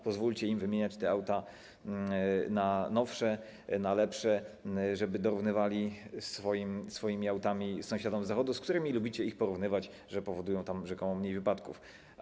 Pozwólcie im wymieniać te auta na nowsze, na lepsze, żeby dorównywali swoimi autami sąsiadom z Zachodu, z którymi lubicie ich porównywać, mówiąc że powodują oni rzekomo mniej wypadków.